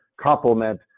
complement